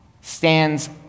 stands